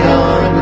on